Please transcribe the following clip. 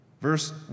Verse